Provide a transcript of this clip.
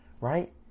right